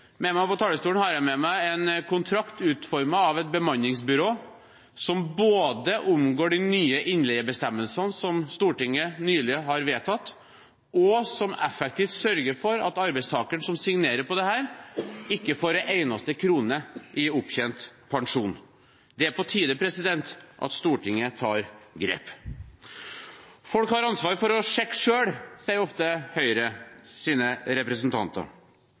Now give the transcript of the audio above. Med meg på talerstolen har jeg en kontrakt utformet av et bemanningsbyrå, som både omgår de nye innleiebestemmelsene som Stortinget nylig har vedtatt, og som effektivt sørger for at arbeidstakeren som signerer på dette, ikke får en eneste krone i opptjent pensjon. Det er på tide at Stortinget tar grep. Folk har ansvar for å sjekke selv, sier ofte Høyres representanter.